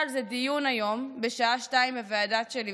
על זה דיון היום בשעה 14:00 בוועדה שלי,